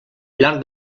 llarg